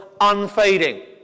unfading